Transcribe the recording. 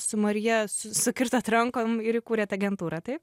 su marija su sukirtot rankom ir įkūrėt agentūrą taip